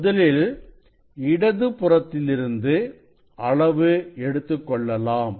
முதலில் இடது புறத்திலிருந்து அளவு எடுத்துக்கொள்ளலாம்